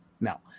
No